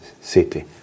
city